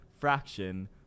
fraction